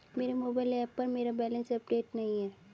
मेरे mobile app पर मेरा बैलेंस अपडेट नहीं है